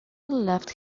left